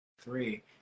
three